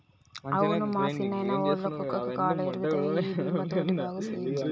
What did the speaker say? అవునే మా సిన్నాయిన, ఒళ్ళ కుక్కకి కాలు ఇరిగితే ఈ బీమా తోటి బాగు సేయించ్చినం